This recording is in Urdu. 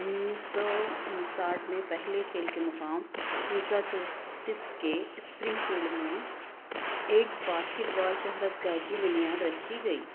انیس سوانسٹھ میں پہلے کھیل کے مقام میساچوسٹس کے اسپرنگ فیلڈ میں ایک باسکٹ بال شہرت گاہ کی بنیاد رکھی گئی